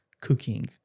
cooking